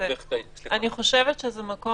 אני חושבת שזה מצב